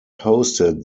hosted